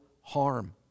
harm